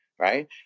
right